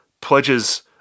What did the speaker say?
pledges